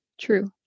true